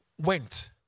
Went